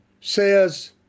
says